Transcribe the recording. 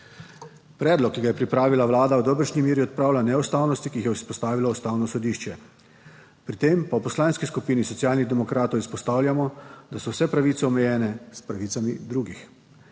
Predlog, ki ga je pripravila Vlada v dobršni meri odpravlja neustavnosti, ki jih je izpostavilo Ustavno sodišče, pri tem pa v Poslanski skupini Socialnih demokratov izpostavljamo, da so vse pravice omejene s pravicami drugih,